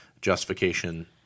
justification